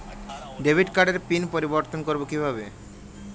Debit কার্ডের pin পরিবর্তন করবো কীভাবে?